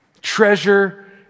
treasure